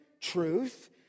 truth